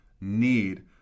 need